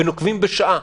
ונוקבים בשעה.